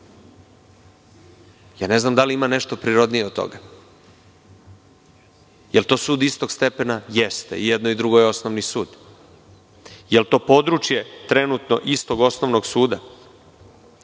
Ja ne znam da li ima nešto prirodnije od toga? Jel to sud istog stepena? Jeste. I jedno i drugo je osnovni sud. Jel to područje trenutno istog osnovnog suda? Ko